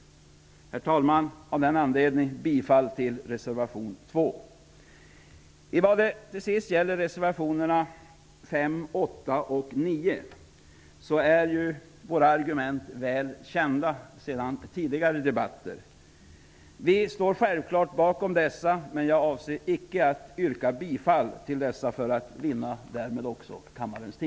Av denna anledning yrkar jag bifall till reservation Vad slutligen gäller reservationerna 5, 8 och 9 är våra argument väl kända sedan tidigare debatter. Vi står självfallet bakom reservationerna, men för att vinna kammarens tid avser jag icke att yrka bifall till dessa.